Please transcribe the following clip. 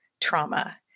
trauma